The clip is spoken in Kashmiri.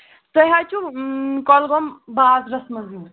تُہۍ حظ چھِو کۄلگوم بازرَس منٛز یُن